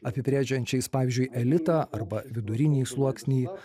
apibrėžiančiais pavyzdžiui elitą arba vidurinįjį sluoksnį